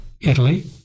Italy